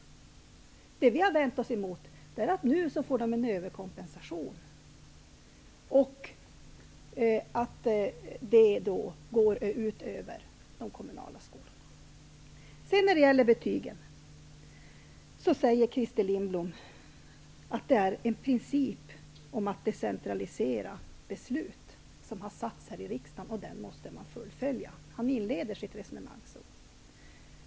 Vi vänder oss emot att friskolorna nu får en överkompensation, vilket går ut över de kommunala skolorna. När det gäller betygen säger Christer Lindblom att riksdagen har fastslagit en princip om decentralisering av beslut och den måste man fullfölja. Så inleder han sitt resonemang.